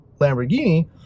Lamborghini